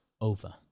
Over